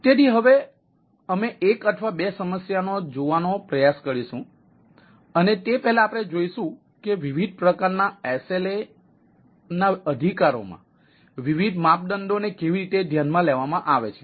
તેથી હવે અમે એક અથવા બે સમસ્યાઓ જોવાનો પ્રયાસ કરીશું અને તે પહેલાં આપણે જોઈશું કે વિવિધ પ્રકારના SLA ના અધિકારોમાં વિવિધ માપદંડોને કેવી રીતે ધ્યાનમાં લેવામાં આવે છે